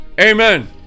amen